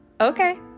Okay